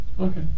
Okay